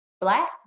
black